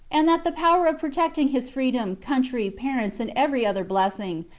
and that the power of protecting his freedom, country, parents, and every other blessing,